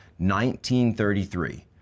1933